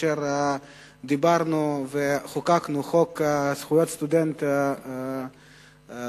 כאשר דיברנו וחוקקנו את חוק זכויות הסטודנט בישראל.